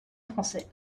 français